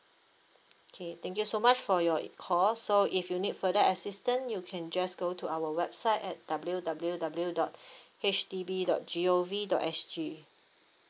okay thank you so much for your call so if you need further assistant you can just go to our website at W W W dot H D B dot G O V dot S G